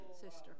sister